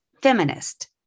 feminist